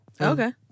Okay